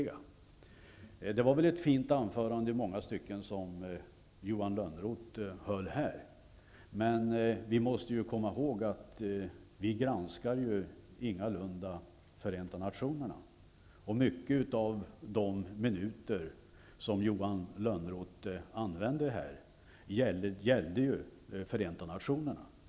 Det var väl ett i många stycken fint anförande som han höll, men vi måste komma ihåg att vi ingalunda granskar Förenta nationerna -- mycket av hans anförande gällde ju Förenta nationerna.